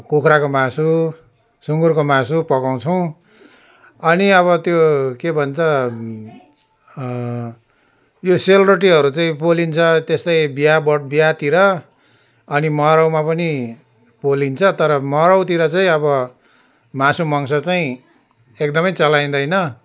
कुखुराको मासु सुँगुरको मासु पकाउँछौँ अनि अब त्यो के भन्छ यो सेलरोटीहरू चाहिँ पोलिन्छ त्यस्तै बिहे बट बिहेतिर अनि मराउमा पनि पोलिन्छ तर मराउतिर चाहिँ अब मासु मांस चाहिँ एकदमै चलाइँदैन